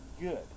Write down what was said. good